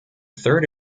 third